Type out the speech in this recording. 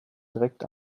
direkt